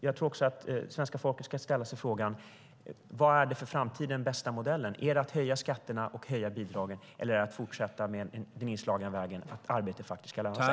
Jag tycker att svenska folket ska ställa sig frågan vad den för framtiden bästa modellen är: Är det att höja skatterna och höja bidragen eller att fortsätta på den inslagna vägen att arbete faktiskt ska löna sig?